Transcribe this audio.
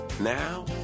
Now